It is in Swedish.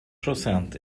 procent